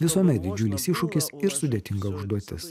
visuomet didžiulis iššūkis ir sudėtinga užduotis